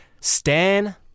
Stan